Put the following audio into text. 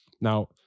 Now